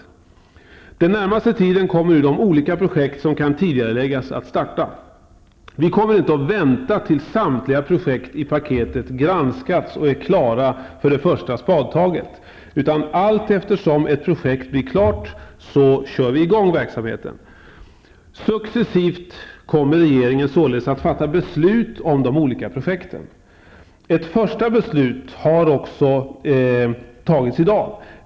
Under den närmaste tiden kommer de olika projekt som kan tidigareläggas att sättas i gång. Vi kommer inte att vänta till dess samtliga projekt i paketet granskats och är klara för det första spadtaget, utan allteftersom ett projekt blir klart kommer verksamheten att köras i gång. Regeringen kommer således att successivt fatta beslut om de olika projekten. Ett första beslut har fattats i dag.